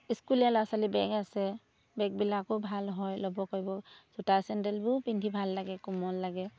স্কুলীয়া ল'ৰা ছোৱালী বেগ আছে বেগবিলাকো ভাল হয় ল'ব কৰিব জোতা চেণ্ডেলবোৰো পিন্ধি ভাল লাগে কোমল লাগে